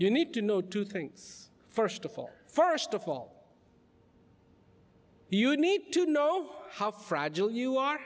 you need to know two things first of all first of all you need to know how fragile you are